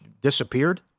disappeared